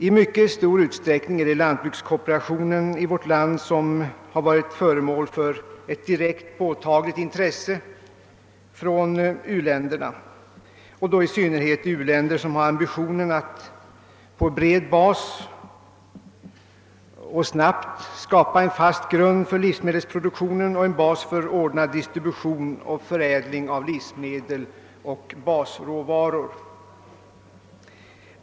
I mycket stor utsträckning har lantbrukskooperationen i vårt land varit föremål för ett påtagligt intresse inom uländerna, och då i synnerhet inom uländer som har ambitionen att på bred bas och snabbt skapa en fast grund för livsmedelsproduktion och en bas för ordnad «distribution och förädling av livsmedel och basråvaror.